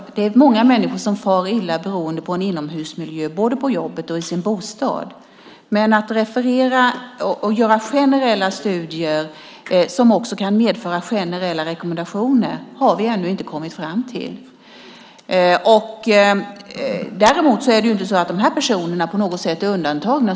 Många människor far illa beroende på inomhusmiljön, både på jobbet och i bostaden. Men att referera till och att göra generella studier som också kan medföra generella rekommendationer är något som vi ännu inte har kommit fram till. Däremot är det inte så att de här personerna på något sätt är undantagna.